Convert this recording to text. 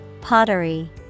Pottery